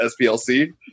SPLC